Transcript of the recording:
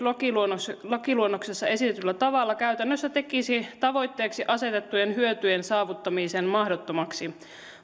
lakiluonnoksessa esitetyllä tavalla käytännössä tekisi tavoitteeksi asetettujen hyötyjen saavuttamisen mahdottomaksi